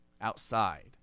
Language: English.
outside